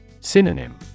Synonym